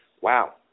Wow